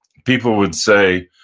people would say,